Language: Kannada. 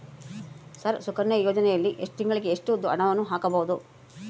ಸರ್ ಸುಕನ್ಯಾ ಯೋಜನೆಯಲ್ಲಿ ತಿಂಗಳಿಗೆ ಎಷ್ಟು ಹಣವನ್ನು ಹಾಕಬಹುದು?